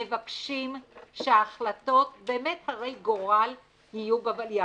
מבקשים שהחלטות באמת הרות גורל יהיו בוולי"ם.